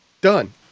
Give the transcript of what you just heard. Done